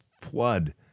flood